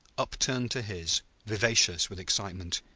upturned to his, vivacious with excitement.